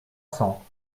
cents